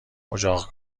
اجاق